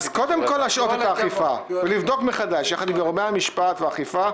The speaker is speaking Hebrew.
"אז קודם כל להשהות את האכיפה ולבדוק מחדש יחד עם גורמי המשפט והאכיפה,